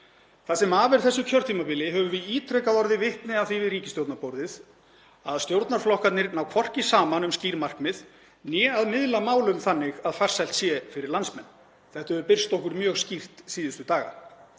Það sem af er þessu kjörtímabili höfum við ítrekað orðið vitni að því við ríkisstjórnarborðið að stjórnarflokkarnir ná hvorki saman um skýr markmið né að miðla málum þannig að farsælt sé fyrir landsmenn. Þetta hefur birst okkur mjög skýrt síðustu daga.